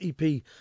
EP